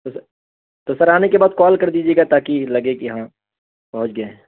تو سر آنے کے بعد کال کر دیجیے گا تاکہ لگے کہ ہاں پہنچ گئے ہیں